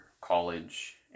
college